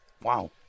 Wow